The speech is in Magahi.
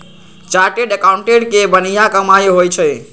चार्टेड एकाउंटेंट के बनिहा कमाई होई छई